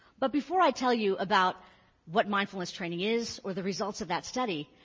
but before i tell you about what mindfulness training is or the results of that study,